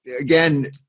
again –